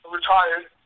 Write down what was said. retired